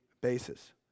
basis